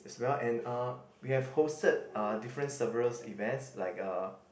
as well and uh we have hosted uh different severals events like uh